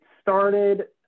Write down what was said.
started